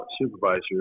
supervisor